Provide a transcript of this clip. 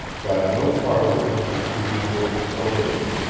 got no farther than the cree wooden stolidity.